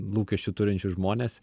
lūkesčių turinčius žmones